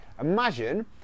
Imagine